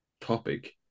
topic